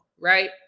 right